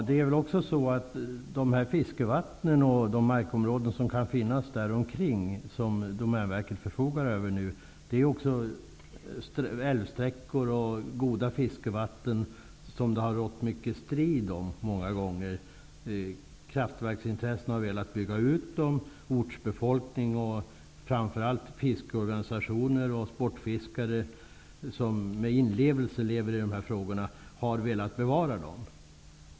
Herr talman! De fiskevatten som Domänverket förfogar över och de markområden som kan finnas däromkring är älvsträckor och goda fiskevatten som det har varit mycket strid kring. Kraftverksintressen har velat bygga ut dem. Ortsbefolkning och framför allt fiskeorganisationer och sportfiskare, som med inlevelse går in i dessa frågor, har velat bevara dem.